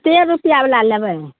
कए रुपिआ बला लेबै